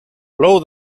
plou